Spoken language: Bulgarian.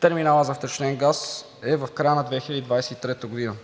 терминала за втечнен газ е в края на 2023 г.